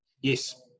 Yes